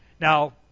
Now